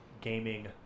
gaming